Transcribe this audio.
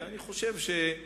אני מקווה להשתפר.